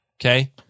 Okay